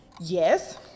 Yes